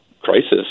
crisis